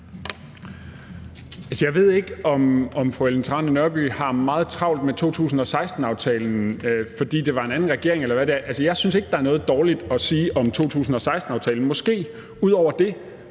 Jeg ved ikke, om fru Ellen Trane Nørby har meget travlt med 2016-aftalen, fordi det var en anden regering på det tidspunkt, eller hvad det er. Altså, jeg synes ikke, at der er noget dårligt at sige om 2016-aftalen – måske ud over det,